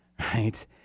right